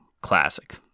Classic